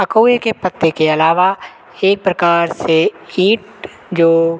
अकवे के पत्ते के अलावा एक प्रकार से ईंट जो